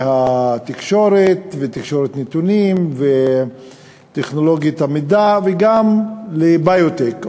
והתקשורת ותקשורת נתונים וטכנולוגיית המידע וגם לביו-טק,